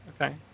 Okay